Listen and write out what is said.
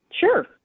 Sure